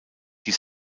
die